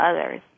others